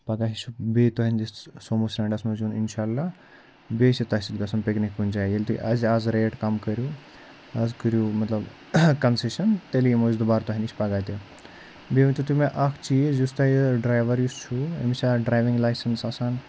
پگاہ چھُ بیٚیہِ تُہنٛدِس سومو سٹینٛڈَس منٛز یُن اِنشاء اللہ بیٚیہِ چھِ تۄہہِ سۭتۍ گژھُن پِکنِک کُنہِ جایہِ ییٚلہِ تُہۍ اَسہِ اَزِ آز ریٹ کَم کٔرِو آز کٔرِو مطلب کَنسیشَن تیٚلہِ یِمو أسۍ دُبارٕ تۄہہِ نِش پگاہ تہِ بیٚیہِ ؤنۍتو تُہۍ مےٚ اَکھ چیٖز یُس تۄہہِ یہِ ڈرٛایوَر یُس چھُ أمِس چھا ڈرٛایوِنٛگ لایسَنٕس آسان